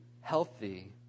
healthy